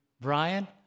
Brian